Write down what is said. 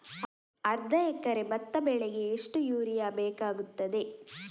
ಅರ್ಧ ಎಕರೆ ಭತ್ತ ಬೆಳೆಗೆ ಎಷ್ಟು ಯೂರಿಯಾ ಬೇಕಾಗುತ್ತದೆ?